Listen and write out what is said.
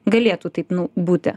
galėtų taip būti